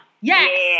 Yes